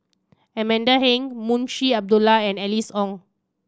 Amanda Heng Munshi Abdullah and Alice Ong